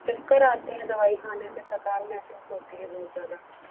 चक्कर आते हैं दवाई खाने पे थकान महसूस होती है बहुत ज़्यादा